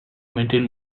maintain